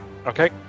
Okay